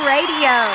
Radio